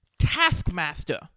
Taskmaster